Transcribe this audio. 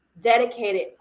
dedicated